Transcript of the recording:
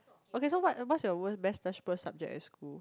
okay so what what's your worst best slash worst subject at school